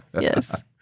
Yes